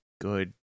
good